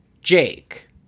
Jake